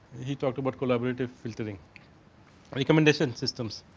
he talked about collaborate of filtering recommendation systems.